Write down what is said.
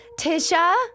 Tisha